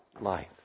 life